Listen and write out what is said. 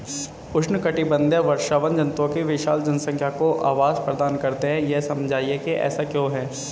उष्णकटिबंधीय वर्षावन जंतुओं की विशाल जनसंख्या को आवास प्रदान करते हैं यह समझाइए कि ऐसा क्यों है?